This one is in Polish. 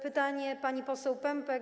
Pytanie pani poseł Pępek.